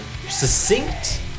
succinct